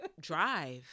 drive